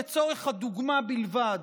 לצורך הדוגמה בלבד,